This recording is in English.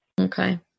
Okay